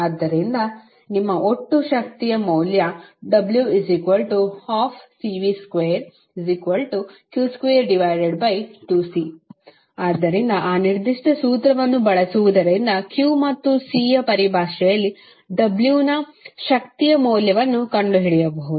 ಆದ್ದರಿಂದ ನಿಮ್ಮ ಒಟ್ಟು ಶಕ್ತಿಯ ಮೌಲ್ಯ w12Cv2q22C ಆದ್ದರಿಂದ ಆ ನಿರ್ದಿಷ್ಟ ಸೂತ್ರವನ್ನು ಬಳಸುವುದರಿಂದ q ಮತ್ತು C ಯ ಪರಿಭಾಷೆಯಲ್ಲಿ W ನ ಶಕ್ತಿಯ ಮೌಲ್ಯವನ್ನು ಕಂಡುಹಿಡಿಯಬಹುದು